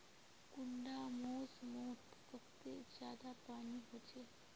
कुंडा मोसमोत सबसे ज्यादा पानी होचे?